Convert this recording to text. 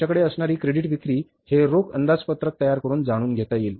आमच्याकडे असणारी क्रेडिट विक्री हि रोख अंदाजपत्रक तयार करुन जाणून घेता येईल